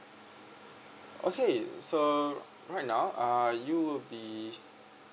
okay so right now are you'll be